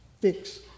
fix